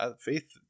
Faith